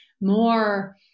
more